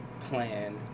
plan